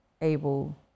able